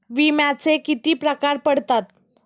विम्याचे किती प्रकार पडतात?